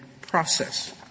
process